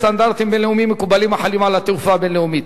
סטנדרטים בין-לאומיים מקובלים החלים על התעופה הבין-לאומית.